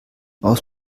aus